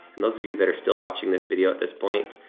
and those of you that are still watching this video at this point,